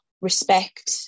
respect